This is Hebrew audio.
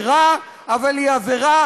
שהציבור יראה מה שאתם עושים,